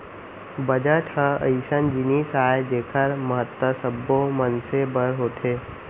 budget ह अइसन जिनिस आय जेखर महत्ता सब्बो मनसे बर होथे